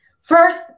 First